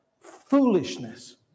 foolishness